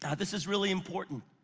yeah this is really important.